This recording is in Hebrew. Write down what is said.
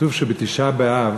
כתוב שבתשעה באב